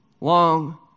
long